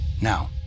Now